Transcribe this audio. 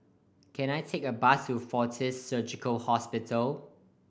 can I take a bus to Fortis Surgical Hospital